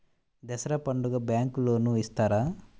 దసరా పండుగ bank loan ఇస్తారా?